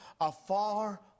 afar